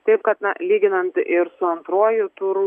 taip kad na lyginant ir su antruoju turu